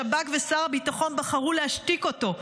השב"כ ושר הביטחון בחרו להשתיק אותו,